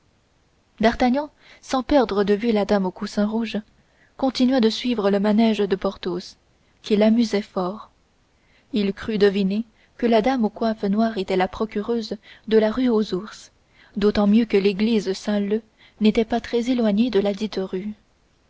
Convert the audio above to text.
d'artagnan sans perdre de vue la dame au coussin rouge continua de suivre le manège de porthos qui l'amusait fort il crut deviner que la dame aux coiffes noires était la procureuse de la rue aux ours d'autant mieux que l'église saint-leu n'était pas très éloignée de ladite rue